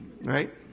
Right